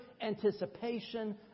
anticipation